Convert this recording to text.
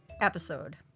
episode